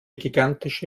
gigantische